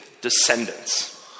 descendants